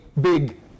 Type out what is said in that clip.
big